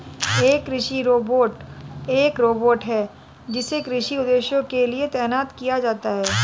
एक कृषि रोबोट एक रोबोट है जिसे कृषि उद्देश्यों के लिए तैनात किया जाता है